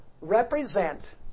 represent